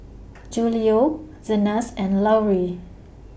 Julio Zenas and Lauri